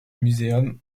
museum